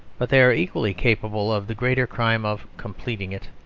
but they are equally capable of the greater crime of completing it.